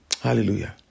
Hallelujah